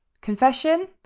Confession